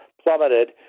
plummeted